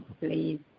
please